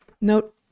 note